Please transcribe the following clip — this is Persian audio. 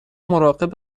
مراقب